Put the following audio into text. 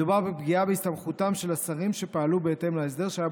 מדובר בפגיעה בסמכותם של השרים שפעלו בהתאם להסדר שהיה